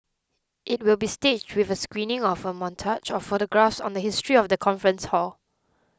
it will be staged with a screening of a montage of photographs on the history of the conference hall